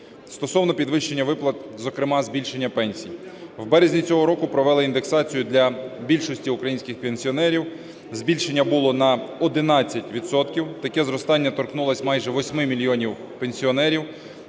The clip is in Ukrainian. Стосовно підвищення виплат, зокрема збільшення пенсій. В березні цього року провели індексацію для більшості українських пенсіонерів. Збільшення було на 11 відсотків. Таке зростання торкнулося майже 8 мільйонів пенсіонерів.